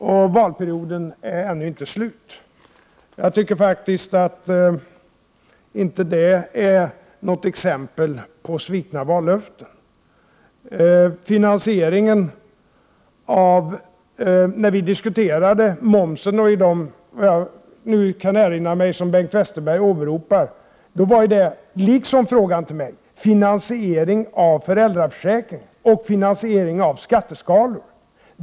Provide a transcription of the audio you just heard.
Och valperioden är ju inte slut. Jag tycker faktiskt att detta inte är något exempel på svikna vallöften. När vi diskuterade momsen, vilket Bengt Westerberg åberopade, gällde det finansieringen av föräldraförsäkringen och finansieringen av skatteskalorna.